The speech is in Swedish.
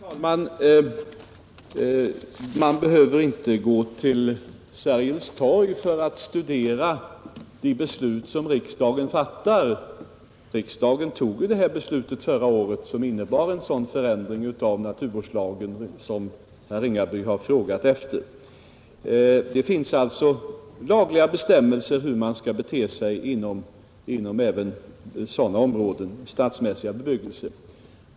Herr talman! Man behöver inte gå till Sergels torg för att studera de beslut som riksdagen fattar. Riksdagen tog ju ett beslut förra året som innebar en sådan förändring av naturvårdslagen som herr Ringaby har efterlyst. Det finns alltså lagliga bestämmelser hur man skall bete sig inom områden med stadsmässiga bebyggelser.